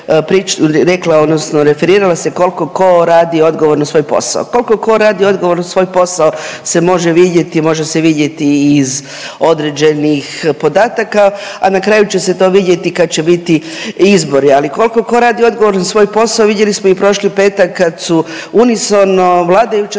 referirala se kolko ko radi odgovorno svoj posao. Kolko ko radi odgovorno svoj posao se može vidjeti i može se vidjeti iz određenih podataka, a na kraju će se to vidjeti kad će biti izbori. Ali koliko ko radi odgovorno svoj posao vidjeli smo i prošli petak kad su unisono vladajuća